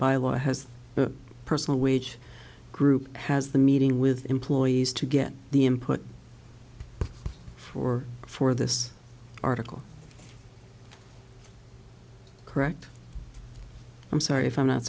by law has a personal wage group has the meeting with employees to get the input or for this article correct i'm sorry if i'm not